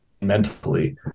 mentally